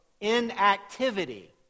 inactivity